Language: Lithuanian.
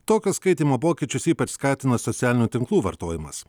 tokius skaitymo pokyčius ypač skatina socialinių tinklų vartojimas